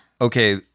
Okay